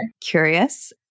curious